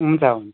हुन्छ हुन्छ